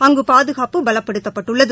அங்குபாதுகாப்பு பலப்படுத்தப்பட்டுள்ளது